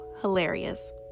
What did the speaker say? hilarious